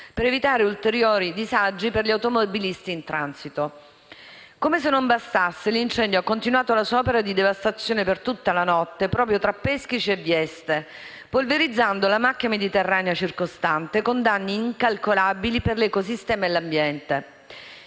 per evitare ulteriori disagi per gli automobilisti in transito. Come se non bastasse, l'incendio ha continuato la sua opera di devastazione per tutta la notte, proprio tra Peschici e Vieste, polverizzando la macchia mediterranea circostante, con danni incalcolabili per l'ecosistema e l'ambiente.